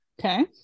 okay